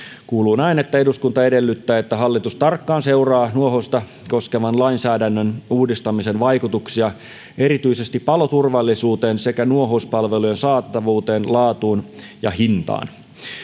kuuluu näin eduskunta edellyttää että hallitus tarkkaan seuraa nuohousta koskevan lainsäädännön uudistamisen vaikutuksia erityisesti paloturvallisuuteen sekä nuohouspalvelujen saatavuuteen laatuun ja hintaan